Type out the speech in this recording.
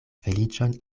feliĉon